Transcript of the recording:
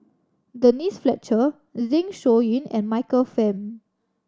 Denise Fletcher Zeng Shouyin and Michael Fam